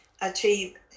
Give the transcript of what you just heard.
achieve